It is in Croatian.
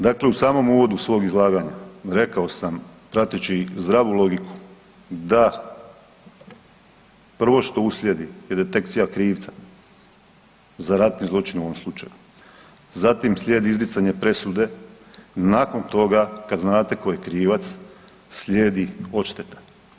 Dakle, u samom uvodu svog izlaganja rekao sam prateći zdravu logiku da prvo što uslijedi je detekcija krivca za ratne zločine u ovom slučaju, zatim slijedi izricanje presude, nakon toga kad znate tko je krivac slijedi odšteta.